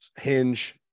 hinge